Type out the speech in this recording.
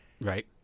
Right